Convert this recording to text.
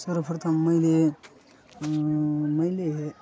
सर्वप्रथम मैले मैले